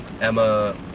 Emma